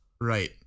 right